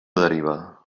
deriva